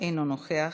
אינו נוכח,